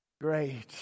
great